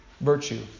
virtue